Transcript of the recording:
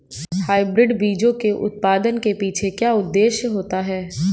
Hybrid बीजों के उत्पादन के पीछे क्या उद्देश्य होता है?